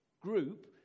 group